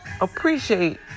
Appreciate